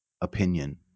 opinion